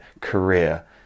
career